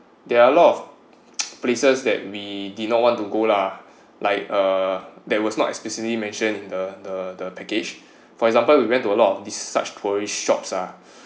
there are a lot of places that we did not want to go lah like uh that was not explicitly mention in the the the package for example we went to a lot of this such tourist shops ah